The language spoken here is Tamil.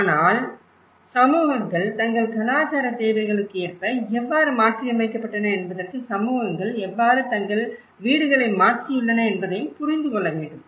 ஆனால் சமூகங்கள் தங்கள் கலாச்சாரத் தேவைகளுக்கு ஏற்ப எவ்வாறு மாற்றியமைக்கப்பட்டன என்பதற்கு சமூகங்கள் எவ்வாறு தங்கள் வீடுகளை மாற்றியுள்ளன என்பதையும் புரிந்து கொள்ள வேண்டும்